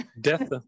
Death